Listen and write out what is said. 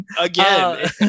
Again